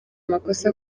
amakosa